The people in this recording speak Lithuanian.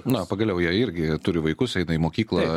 na pagaliau jei irgi turi vaikus eina į mokyklą